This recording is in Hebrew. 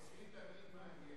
אצלי תמיד מעניין.